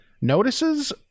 notices